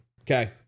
Okay